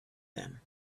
them